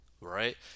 right